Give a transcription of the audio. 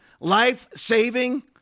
life-saving